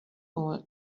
all